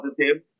positive